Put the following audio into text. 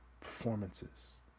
performances